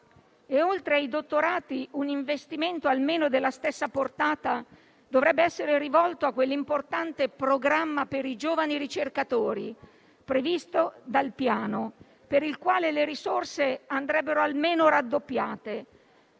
oltre ai dottorati, un investimento, almeno della stessa portata, dovrebbe essere rivolto a quell'importante Programma per i giovani ricercatori, previsto dal Piano, per il quale le risorse andrebbero almeno raddoppiate.